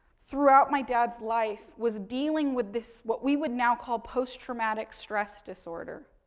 throughout my dad's life, was dealing with this, what we would now call post traumatic stress disorder,